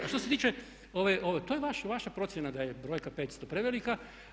A što se tiče ove, to je vaša procjena da je brojka 500 prevelika.